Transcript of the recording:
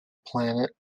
planet